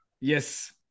Yes